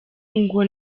ngo